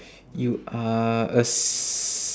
you are a s~